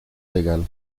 legal